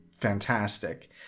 fantastic